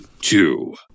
Two